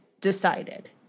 decided